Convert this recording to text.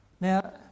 Now